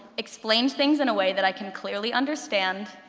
explains things in a way that i can clearly understand,